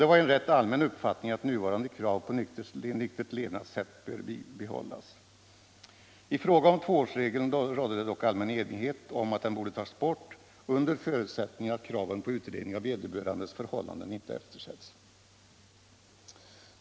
Det var en rätt allmän uppfattning att nuvarande krav på nyktert levnadssätt bör behållas. I fråga om tvåårsregeln rådde det dock allmän enighet om att den borde tas bort, under förutsättning att kraven på utredning av vederbörandes förhållanden inte eftersätts.